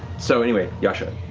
so anyway, yasha,